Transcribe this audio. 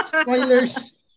Spoilers